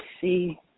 see